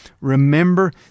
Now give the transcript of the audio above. Remember